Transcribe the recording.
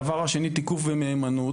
הדבר השני: תיקוף ומהימנות.